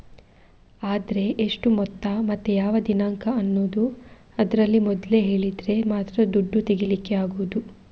ಆದ್ರೆ ಎಷ್ಟು ಮೊತ್ತ ಮತ್ತೆ ಯಾವ ದಿನಾಂಕ ಅನ್ನುದು ಅದ್ರಲ್ಲಿ ಮೊದ್ಲೇ ಹೇಳಿದ್ರೆ ಮಾತ್ರ ದುಡ್ಡು ತೆಗೀಲಿಕ್ಕೆ ಆಗುದು